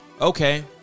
Okay